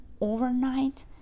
overnight